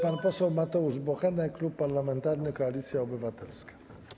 Pan poseł Mateusz Bochenek, Klub Parlamentarny Koalicja Obywatelska.